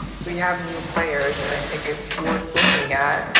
we have new players, and i think it's worth looking at.